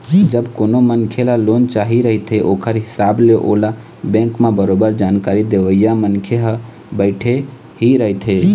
जब कोनो मनखे ल लोन चाही रहिथे ओखर हिसाब ले ओला बेंक म बरोबर जानकारी देवइया मनखे ह बइठे ही रहिथे